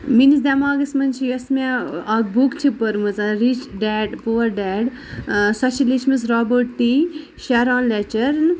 میٲنِس دٮ۪ماغس منٛز چھِ یۄس مےٚ اکھ بُک چھِ پٔرمٕژ ریٚچ ڈیڈ پُور ڈیڈ سۄ چھِ لٮ۪چھمٕژ رابٲٹ ٹی شہرول لیچر